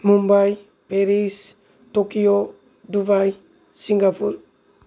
Mumbai Paris Tokyo Dubai Singapore